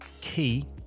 key